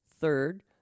Third